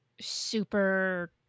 super